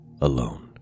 alone